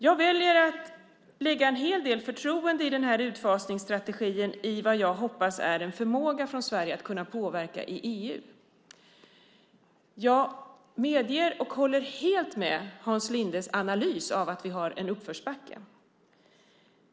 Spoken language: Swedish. Jag väljer att lägga en hel del förtroende i den här utfasningsstrategin på vad jag hoppas är en förmåga från Sverige att kunna påverka i EU. Jag medger, och håller helt med i Hans Lindes analys om, att vi har en uppförsbacke.